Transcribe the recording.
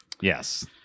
Yes